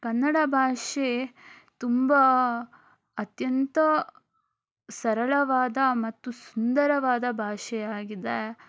ಕನ್ನಡ ಭಾಷೆ ತುಂಬ ಅತ್ಯಂತ ಸರಳವಾದ ಮತ್ತು ಸುಂದರವಾದ ಭಾಷೆಯಾಗಿದೆ